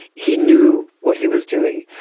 he knew what he was doing.